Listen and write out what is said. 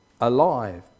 alive